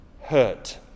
Hurt